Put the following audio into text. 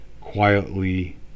quietly